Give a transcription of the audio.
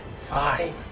Fine